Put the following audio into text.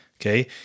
Okay